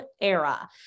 era